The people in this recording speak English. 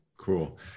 Cool